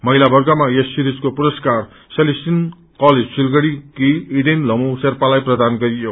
महिला वर्गमा यस सिरिजको पुरस्कार सेलिसियन कलेज सिलगढ़ीकी इडेन लम्हु शेर्पालाई प्रदान गरियो